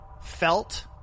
felt